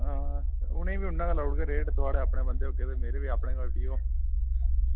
हां उनेंगी बी उन्ना गै लाई ओड़गे रेट थुआड़े अपने बंदे होगे ते मेरे बी अपने गै होए फ्ही ओह्